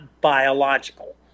biological